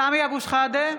סמי אבו שחאדה,